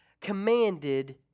commanded